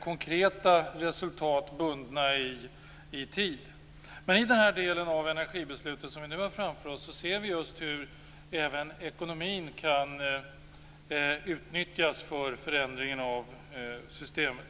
konkreta resultat bundna i tid. Men i den här delen av energibeslutet som vi har framför oss ser vi hur även ekonomin kan utnyttjas för förändringen av systemet.